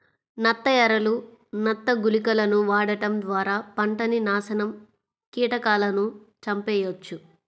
నత్త ఎరలు, నత్త గుళికలను వాడటం ద్వారా పంటని నాశనం కీటకాలను చంపెయ్యొచ్చు